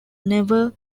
never